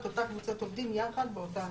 את אותה קבוצת עובדים יחד באותה הסעה.